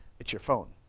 it's your phone.